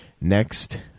next